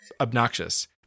obnoxious